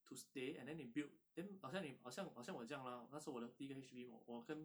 to stay and then it build then 好像你好像好像我这样啦那时候我的第一个 H_D_B 我我跟